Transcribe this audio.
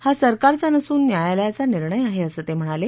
हा सरकारचा नसून न्यायालयाचा निर्णय आहे असं ते म्हणाले